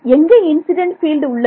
எங்கே incident field உள்ளது